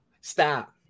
Stop